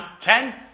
Ten